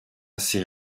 ses